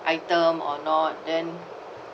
item or not then